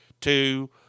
two